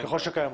ככל שקיימות.